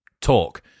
talk